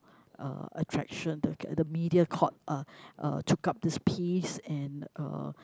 uh attraction the the media caught uh took up this piece and uh